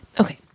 Okay